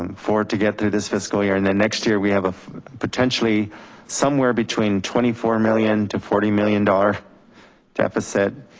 um for to get through this fiscal year, and then next year, we have a potentially somewhere between twenty four million dollars to forty million dollars deficit,